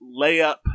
layup